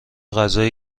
غذای